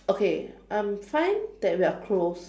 okay I'm fine that we are close